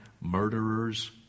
murderers